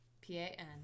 P-A-N